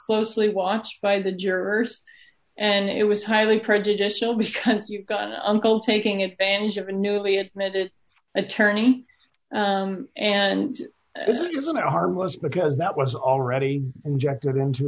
closely watched by the jurors and it was highly prejudicial because you've got uncle taking advantage of a newly admitted attorney and this isn't a harmless because that was already injected into